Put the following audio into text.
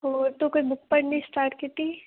ਹੋਰ ਤੂੰ ਕੋਈ ਬੁੱਕ ਪੜ੍ਹਨੀ ਸਟਾਰਟ ਕੀਤੀ